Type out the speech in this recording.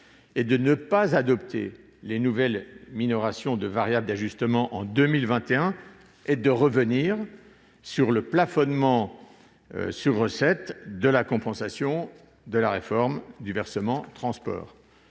objet de ne pas adopter les nouvelles minorations de variables d'ajustement pour 2021 et de revenir sur le plafonnement sur recettes de la compensation de la réforme du versement transport.